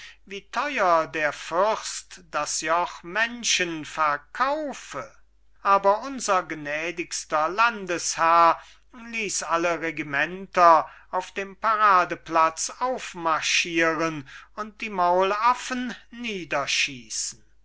wie theuer der fürst das joch menschen verkaufe aber unser gnädigster landesherr ließ alle regimenter auf dem paradeplatz aufmarschieren und die maulaffen niederschießen